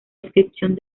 descripción